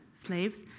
slaves.